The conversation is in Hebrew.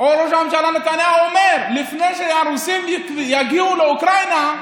ראש הממשלה נתניהו אומר: לפני שהרוסים יגיעו לאוקראינה,